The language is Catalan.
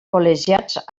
col·legiats